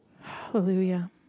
Hallelujah